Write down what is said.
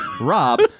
Rob